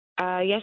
Yes